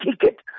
ticket